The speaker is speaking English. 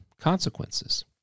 consequences